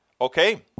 Okay